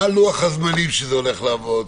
מה לוח-הזמנים שזה הולך לעבוד?